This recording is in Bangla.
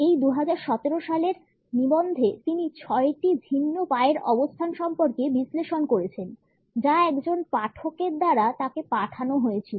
এই 2017 সালের নিবন্ধে তিনি ছয়টি ভিন্ন পায়ের অবস্থান সম্পর্কে বিশ্লেষণ করেছেন যা একজন পাঠকের দ্বারা তাকে পাঠানো হয়েছিল